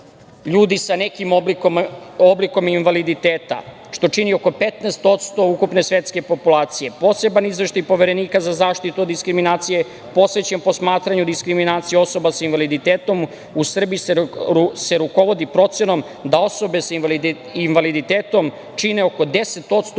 ljudi sa nekim oblikom invaliditeta, što čini oko 15% ukupne svetske populacije. Poseban izveštaj Poverenika za zaštitu od diskriminacije posvećen je posmatranju diskriminacije osoba sa invaliditetom. U Srbiji se rukovodi procenom da osobe sa invaliditetom čine oko 10% ukupne